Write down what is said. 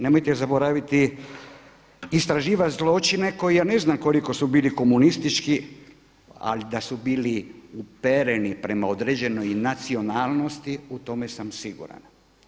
Nemojte zaboraviti istraživati zločine koji ja ne znam koliko su bili komunistički, ali da su bili upereni prema određenoj nacionalnosti u tome sam siguran.